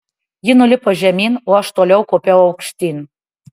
ji nulipo žemyn o aš toliau kopiau aukštyn